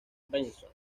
benson